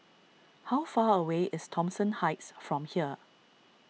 how far away is Thomson Heights from here